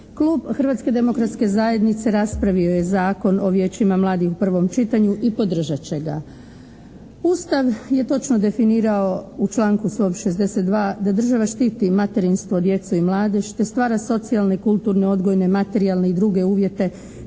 Hrvatske demokratske zajednice raspravio je Zakon o vijećima mladih u prvom čitanju i podržat će ga. Ustav je točno definirao u članku 162. da država štiti materinstvo, djecu i mladež te stvara socijalne, kulturne, odgojne, materijalne i druge uvjete